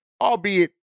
albeit